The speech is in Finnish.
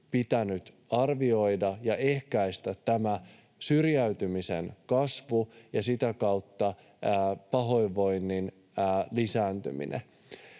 pitänyt arvioida ja ehkäistä tämä syrjäytymisen kasvu ja sitä kautta pahoinvoinnin lisääntyminen.